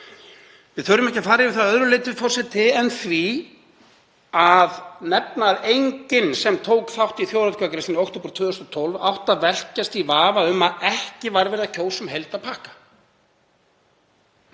Við þurfum ekki að fara yfir það að öðru leyti, forseti, en því að nefna að enginn sem tók þátt í þjóðaratkvæðagreiðslu í október 2012 átti að velkjast í vafa um að ekki var verið að kjósa um heildarpakka.